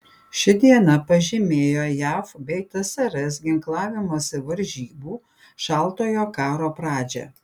ši diena pažymėjo jav bei tsrs ginklavimosi varžybų šaltojo karo pradžią